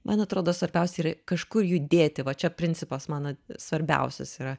man atrodo svarbiausia yra kažkur judėti va čia principas mano svarbiausias yra